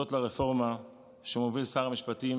הודות לרפורמה שמוביל שר המשפטים